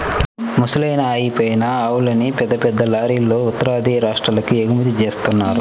ముసలయ్యి అయిపోయిన ఆవుల్ని పెద్ద పెద్ద లారీలల్లో ఉత్తరాది రాష్ట్రాలకు ఎగుమతి జేత్తన్నారు